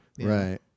Right